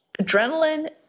adrenaline